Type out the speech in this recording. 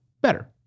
better